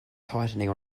tightening